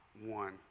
one